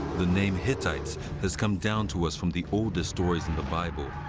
the name hittites has come down to us from the oldest stories in the bible,